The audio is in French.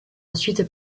ensuite